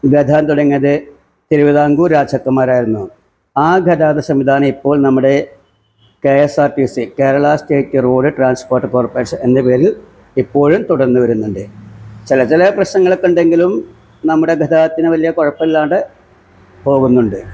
ഗതാഗതം തുടങ്ങിയത് തിരുവതാംകൂര് രാജാക്കന്മാര് ആയിരുന്നു ആ ഗതാഗത സംവിധാനം ഇപ്പോള് നമ്മുടെ K S R T C Kerala state road transport corporation എന്ന പേരില് ഇപ്പോഴും തുടര്ന്നു വരുന്നുണ്ട് ചില ചില പ്രശ്നങ്ങളൊക്കെ ഉണ്ടെങ്കിലും നമ്മുടെ ഗതാഗതത്തിന് വലിയ കുഴപ്പമില്ലാതെ പോകുന്നുണ്ട്